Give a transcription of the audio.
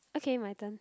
okay my turn